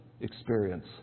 experience